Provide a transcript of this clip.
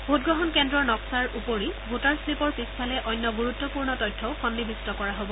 ভোটগ্ৰহণ কেন্দ্ৰৰ নক্সাৰ উপৰি ভোটাৰ শ্লিপৰ পিছফালে অন্য ণুৰুত্বপূৰ্ণ তথ্যও সন্নিৱিষ্ট কৰা হ'ব